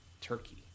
turkey